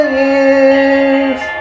years